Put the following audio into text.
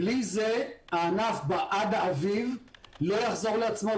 בלי זה הענף עד האביב לא יחזור לעצמו,